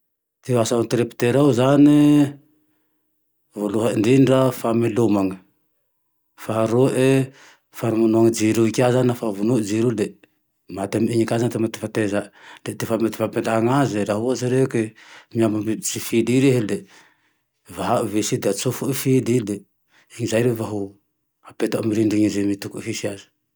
Ty asan'ny anteriptera io zane, voalohany indrindra famelomagne. Faharoa famonoa jiro io ka naho fa ho vonoagne jiro io le maty amin'iny ka zane ty ahafatezany. Ty fampetahan'azy lafa hoatsy reke miha mampilitsy fily i rehe le vahao visy i de atsifoy fily i. De zay re vo ampetay amy rindry i amy tokoy hisy.